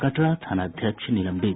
कटरा थानाध्यक्ष निलंबित